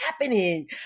happening